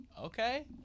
Okay